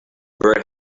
bird